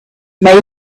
may